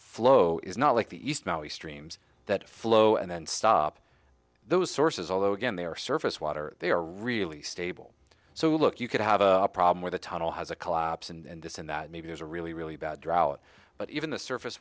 flow is not like the east now the streams that flow and then stop those sources although again they are surface water they are really stable so look you could have a problem where the tunnel has a collapse and this and that maybe is a really really bad drought but even the surface